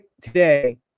today